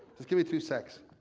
just gimme two secs.